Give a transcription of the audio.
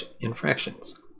infractions